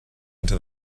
into